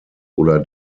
oder